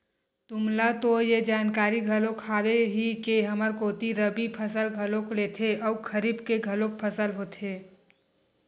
तुमला तो ये जानकारी घलोक हावे ही के हमर कोती रबि फसल घलोक लेथे अउ खरीफ के घलोक फसल होथे